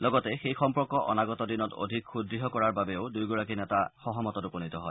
লগতে সেই সম্পৰ্ক অনাগত দিনত অধিক সূদ্য় কৰাৰ বাবেও দুয়োগৰাকী নেতা সহমতত উপনীত হয়